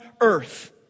earth